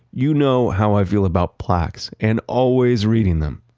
you know how i feel about plaques and always reading them.